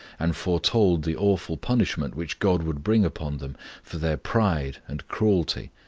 and foretold the awful punishment which god would bring upon them for their pride and cruelty,